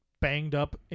banged-up